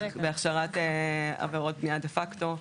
מדובר בהכשרת עבירות בנייה דה פקטו,